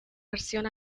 versión